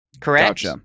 Correct